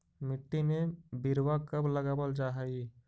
मिट्टी में बिरवा कब लगावल जा हई?